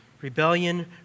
Rebellion